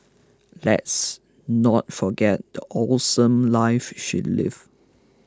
let's not forget the awesome life she lived